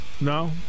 no